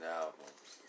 albums